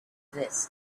this